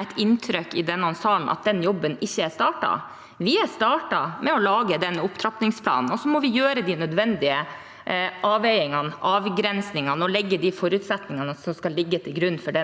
et inntrykk i denne salen at den jobben ikke har startet. Vi har startet med å lage opptrappingsplanen, og så må vi gjøre de nødvendige avveiningene og avgrensningene og klarlegge de forutsetningene som skal ligge til grunn for